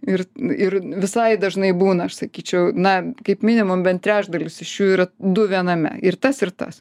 ir ir visai dažnai būna aš sakyčiau na kaip minimum bent trečdalis iš jų yra du viename ir tas ir tas